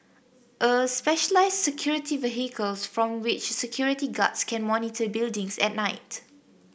a specialised security vehicles from which security guards can monitor buildings at night